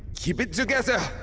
keep it togezer.